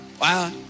Wow